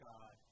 God